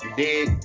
dig